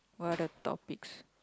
what other topics